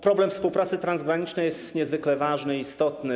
Problem współpracy transgranicznej jest niezwykle ważny i istotny.